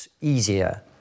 Easier